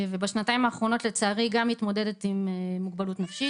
ובשנתיים האחרונות לצערי גם מתמודדת עם מוגבלות נפשית.